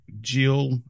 Jill